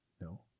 No